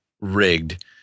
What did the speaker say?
rigged